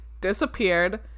disappeared